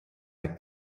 like